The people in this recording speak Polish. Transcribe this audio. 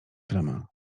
tremę